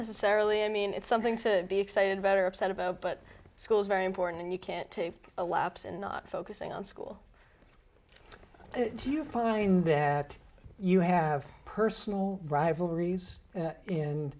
necessarily i mean it's something to be excited about or upset about but school's very important and you can't take a lapse in not focusing on school do you find that you have personal rivalries and and